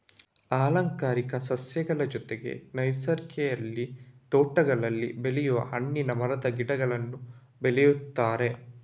ಅಲಂಕಾರಿಕ ಸಸ್ಯಗಳ ಜೊತೆಗೆ ನರ್ಸರಿಯಲ್ಲಿ ತೋಟಗಳಲ್ಲಿ ಬೆಳೆಯುವ ಹಣ್ಣಿನ ಮರದ ಗಿಡಗಳನ್ನೂ ಬೆಳೆಯುತ್ತಾರೆ